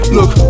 Look